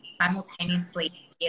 simultaneously